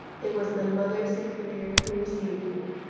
it was the mother superior who received me,